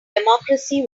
democracy